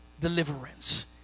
deliverance